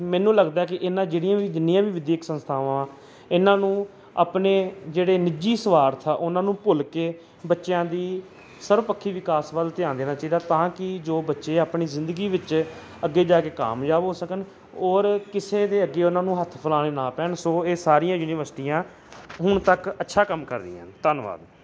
ਮੈਨੂੰ ਲੱਗਦਾ ਕਿ ਇਹਨਾਂ ਜਿਹੜੀਆਂ ਵੀ ਜਿੰਨੀਆਂ ਵੀ ਵਿੱਦਿਅਕ ਸੰਸਥਾਵਾਂ ਇਹਨਾਂ ਨੂੰ ਆਪਣੇ ਜਿਹੜੇ ਨਿੱਜੀ ਸਵਾਰਥ ਆ ਉਹਨਾਂ ਨੂੰ ਭੁੱਲ ਕੇ ਬੱਚਿਆਂ ਦੇ ਸਰਬ ਪੱਖੀ ਵਿਕਾਸ ਵੱਲ ਧਿਆਨ ਦੇਣਾ ਚਾਹੀਦਾ ਤਾਂ ਕਿ ਜੋ ਬੱਚੇ ਆਪਣੀ ਜ਼ਿੰਦਗੀ ਵਿੱਚ ਅੱਗੇ ਜਾ ਕੇ ਕਾਮਯਾਬ ਹੋ ਸਕਣ ਔਰ ਕਿਸੇ ਦੇ ਅੱਗੇ ਉਹਨਾਂ ਨੂੰ ਹੱਥ ਫੈਲਾਣੇ ਨਾ ਪੈਣ ਸੋ ਇਹ ਸਾਰੀਆਂ ਯੂਨੀਵਰਸਿਟੀਆਂ ਹੁਣ ਤੱਕ ਅੱਛਾ ਕੰਮ ਕਰ ਰਹੀਆਂ ਨੇ ਧੰਨਵਾਦ